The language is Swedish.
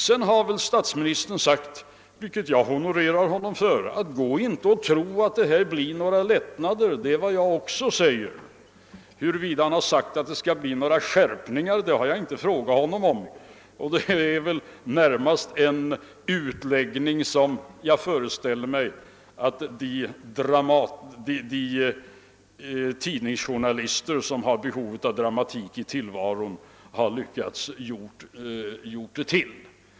Sedan har väl statsministern sagt — vilket jag honorerar honom för — att man inte skall tro att det härvidlag blir några lättnader. Det är vad jag också säger. Huruvida statsministern sagt att det skall bli några skärpningar har jag inte frågat honom om, och det är väl närmast en utläggning som jag föreställer mig att de tidningsjournalister som har behov av dramatik i tillvaron har lyckats få fram.